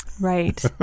right